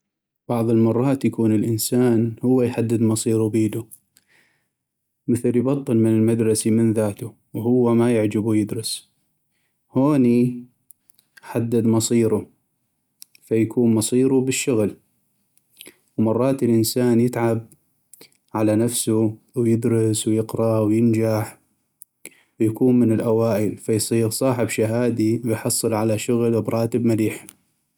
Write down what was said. بعض المرات يكون الإنسان هو يحدد مصيرو بيدو مثل يبطل من المدرسي من ذاتو هو ما يعجبو يدرس هوني حدد مصيرو ،فيكون مصيرو بالشغل ، ومرات الانسان يتعب على نفسو ويدرس ويقرأ وينجح ويكون من الاوائل فيصيغ صاحب شهادي ويحصل على شغل براتب مليح.